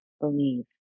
believe